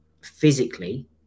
physically